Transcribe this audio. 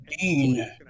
Dean